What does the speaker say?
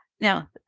now